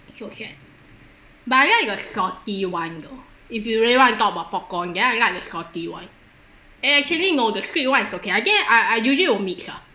so it's like but I like the salty [one] though if you really want to talk about popcorn then I like the salty [one] eh actually no the sweet [one] is okay I think I I usually will mix lah